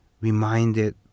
reminded